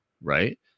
right